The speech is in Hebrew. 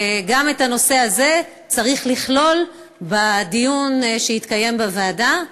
גם את הנושא הזה צריך לכלול בדיון שיתקיים בוועדה.